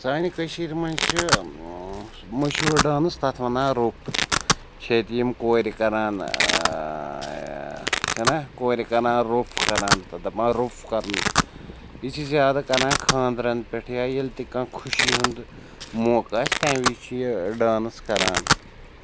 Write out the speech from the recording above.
سانہِ کٔشیٖرِ منٛز چھِ مَشہوٗر ڈانٕس تَتھ وَنان روٚف چھِ ییٚتہِ یِم کورِ کران چھےٚ نا کوٗرِ کران روٚف کران تہٕ دپان روٚف کَرُن یہِ چھِ زیادٕ کران خانٛدرن پٮ۪ٹھ یا ییٚلہِ تہِ کانٛہہ خوٗشی ہُنٛد موقعہٕ آسہِ تَمہِ وِزِ چھِ یہِ ڈانٕس کران